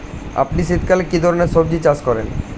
আপনি শীতকালে কী ধরনের সবজী চাষ করেন?